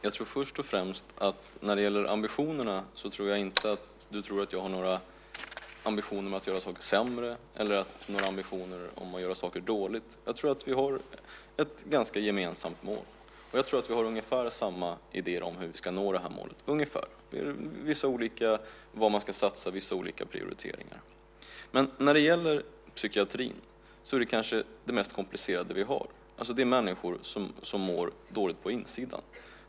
Herr talman! När det gäller ambitionerna tror jag inte att du tror att jag har ambitionen att göra saker sämre eller dåligt. Jag tror att vi har ett ganska gemensamt mål. Jag tror att vi har ungefär samma idéer om hur vi ska nå målet. Vi har bara vissa olika prioriteringar. Psykiatrin är kanske det mest komplicerade vi har. Det handlar om människor som mår dåligt på insidan.